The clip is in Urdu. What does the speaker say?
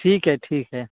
ٹھیک ہے ٹھیک ہے